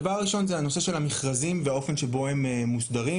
הדבר הראשון הוא נושא המכרזים והאופן שבו הם מוסדרים.